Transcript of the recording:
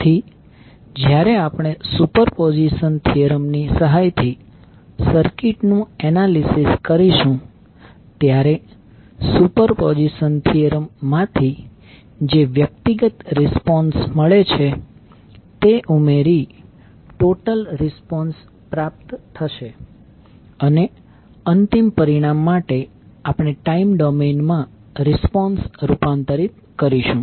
તેથી જ્યારે આપણે સુપરપોઝિશન થીયરમ ની સહાયથી સર્કિટ નું એનાલિસિસ કરીશું ત્યારે સુપરપોઝિશન થીયરમ માંથી જે વ્યક્તિગત રિસ્પોન્સ મળે છે તે ઉમેરી ટોટલ રિસ્પોન્સ પ્રાપ્ત થશે અને અંતિમ પરિણામ માટે આપણે ટાઇમ ડોમેઈન માં રિસ્પોન્સ રૂપાંતરિત કરીશું